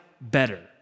better